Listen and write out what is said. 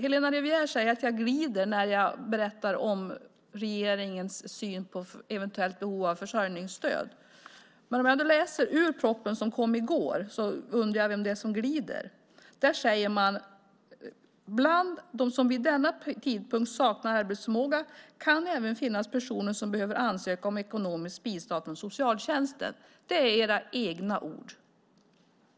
Helena Rivière säger att jag glider när jag berättar om regeringens syn på eventuellt behov av försörjningsstöd. Om jag då läser ur propositionen som kom i går undrar jag vem det är som glider. Där säger man: "Bland de som vid denna tidpunkt saknar arbetsförmåga kan även finnas personer som behöver ansöka om ekonomiskt bistånd från socialtjänsten." Det är era egna ord.